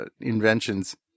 inventions